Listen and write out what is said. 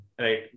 right